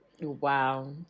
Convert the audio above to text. wow